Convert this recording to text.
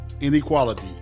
inequality